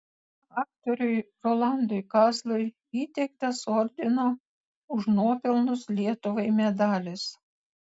aktoriui rolandui kazlui įteiktas ordino už nuopelnus lietuvai medalis